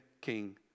king